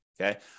okay